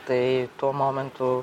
tai tuo momentu